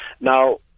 Now